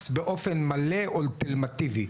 זה די פשוט.